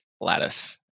lattice